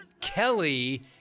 Kelly